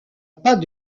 pas